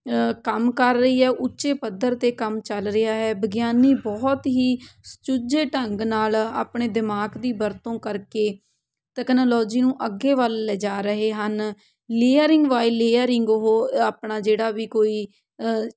ਕੰਮ ਕਰ ਰਹੀ ਹੈ ਉੱਚੇ ਪੱਧਰ 'ਤੇ ਕੰਮ ਚੱਲ ਰਿਹਾ ਹੈ ਵਿਗਿਆਨੀ ਬਹੁਤ ਹੀ ਸਚੁੱਜੇ ਢੰਗ ਨਾਲ ਆਪਣੇ ਦਿਮਾਗ ਦੀ ਵਰਤੋਂ ਕਰਕੇ ਤਕਨਾਲੋਜੀ ਨੂੰ ਅੱਗੇ ਵੱਲ ਲਿਜਾ ਰਹੇ ਹਨ ਲੇਅਰਿੰਗ ਬਾਏ ਲੇਅਰਿੰਗ ਉਹ ਆਪਣਾ ਜਿਹੜਾ ਵੀ ਕੋਈ